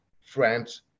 France